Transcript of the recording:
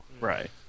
Right